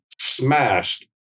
smashed